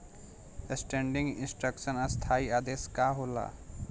Standing instruction स्थाई आदेश का होला?